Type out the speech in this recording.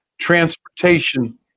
transportation